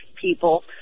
people